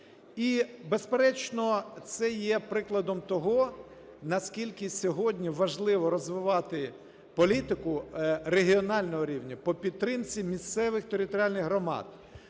І, безперечно, це є прикладом того, наскільки сьогодні важливо розвивати політику регіонального рівня по підтримці місцевих територіальних громад.